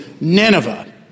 Nineveh